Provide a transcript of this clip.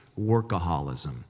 workaholism